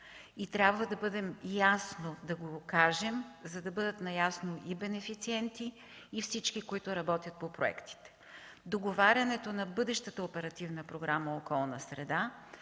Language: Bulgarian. Трябва ясно да го кажем, за да бъдат наясно и бенефициентите, и всички, които работят по проектите. Договарянето на бъдещата Оперативна програма „Околна среда”